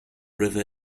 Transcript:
river